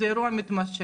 זה אירוע מתמשך.